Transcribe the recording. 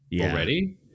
already